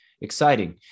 Exciting